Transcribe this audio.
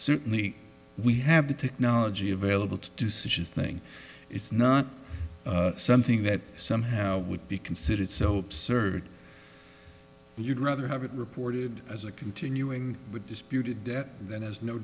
certainly we have the technology available to do such a thing it's not something that somehow would be considered soaps surd you'd rather have it reported as a continuing with disputed debt that has no